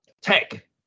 tech